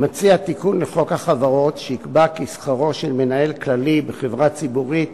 מציע תיקון לחוק החברות שיקבע כי שכרו של מנהל כללי בחברה ציבורית